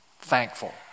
thankful